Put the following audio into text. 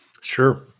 Sure